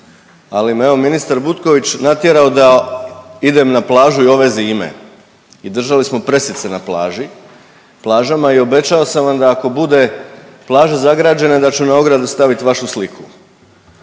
ali me evo ministar Butković natjerao da idem na plažu i ove zime i držali smo pressice na plaži, plažama i obećao sam vam da ako bude plaže zagrađene da ću na ogradu stavit vašu sliku.